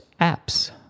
apps